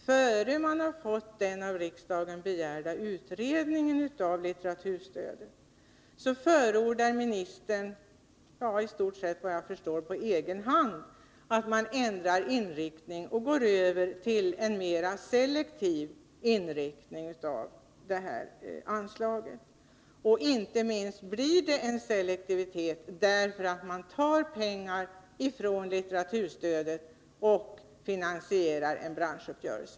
Innan vi har fått den av riksdagen begärda utredningen om litteraturstödet förordar utbildningsministern, såvitt jag kan förstå, i stort sett på egen hand en ändrad inriktning av anslaget, dvs. en övergång till en mer selektiv inriktning. Det blir en selektivitet inte minst därför att man tar pengar från litteraturstödet till att finansiera en branschuppgörelse.